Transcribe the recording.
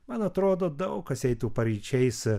man atrodo daug kas eitų paryčiais